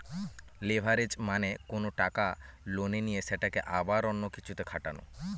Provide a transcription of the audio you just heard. leverage মানে কোনো টাকা লোনে নিয়ে সেটাকে আবার অন্য কিছুতে খাটানো